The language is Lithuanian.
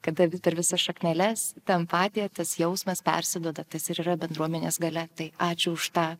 kada vis per visas šakneles empatija tas jausmas persiduoda tas ir yra bendruomenės galia tai ačiū už tą